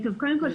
קודם כול,